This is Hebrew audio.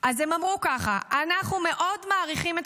אז הם אמרו כך: אנחנו מאוד מעריכים את